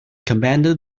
commanded